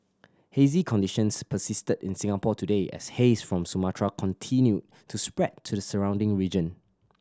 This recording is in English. hazy conditions persisted in Singapore today as haze from Sumatra continued to spread to the surrounding region